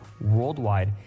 worldwide